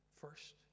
first